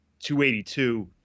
282